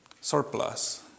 surplus